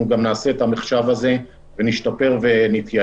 אנחנו גם נעשה את המחשב הזה ונשתפר ונתייעל.